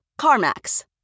CarMax